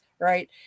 right